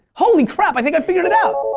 holy crap i think i figured it out.